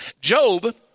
Job